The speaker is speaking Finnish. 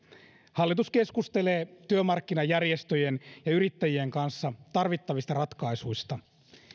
hallitus keskustelee työmarkkinajärjestöjen ja yrittäjien kanssa tarvittavista ratkaisuista